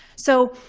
so